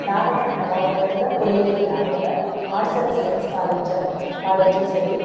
நாகப்பட்டினம் மாவட்டத்தில் குறைவே இல்லை அது போல் ஆர்ட்ஸ் அண்ட் சயின்ஸ் காலேஜு காலேஜும் சரி